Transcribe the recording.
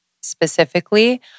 specifically